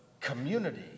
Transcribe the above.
community